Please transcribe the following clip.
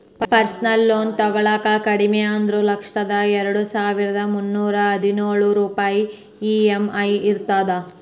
personal loan ತೊಗೊಳಾಕ ಕಡಿಮಿ ಅಂದ್ರು ಲಕ್ಷಕ್ಕ ಎರಡಸಾವಿರ್ದಾ ಮುನ್ನೂರಾ ಹದಿನೊಳ ರೂಪಾಯ್ ಇ.ಎಂ.ಐ ಇರತ್ತ